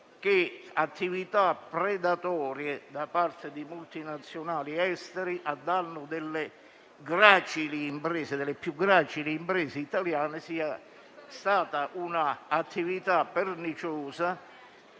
le attività predatorie da parte di multinazionali estere, a danno delle più gracili imprese italiane, siano state un'attività perniciosa